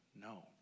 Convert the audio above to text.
no